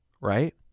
right